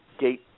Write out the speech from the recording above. gate